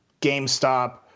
GameStop